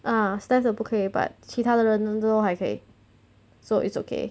ah steph 的不可以 but 其他的人的都还可以 so it's okay